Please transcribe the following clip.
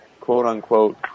quote-unquote